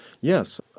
Yes